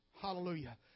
Hallelujah